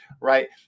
right